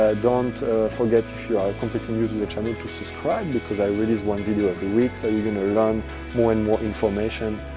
don't forget if you are completely new to the channel to subscribe because i release one video of the week so you're going to learn more and more information.